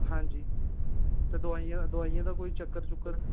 हां जी ते दवाइयें दवाइयें दा कोई चक्कर चुक्कर